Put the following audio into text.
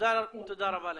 תודה רבה לך.